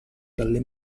dalle